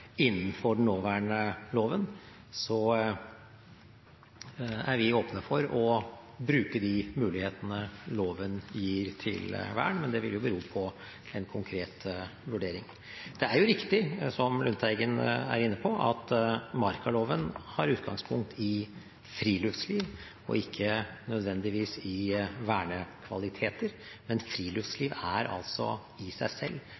Innenfor den nåværende loven er vi åpne for å bruke de mulighetene loven gir til vern, men det vil bero på en konkret vurdering. Det er riktig, som representanten Lundteigen er inne på, at markaloven har utgangspunkt i friluftsliv og ikke nødvendigvis i vernekvaliteter. Men friluftslivet er i seg selv